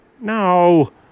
No